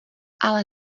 ale